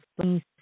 Please